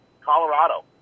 Colorado